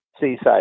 seaside